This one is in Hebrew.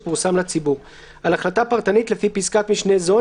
אני פותח את ישיבת הוועדה,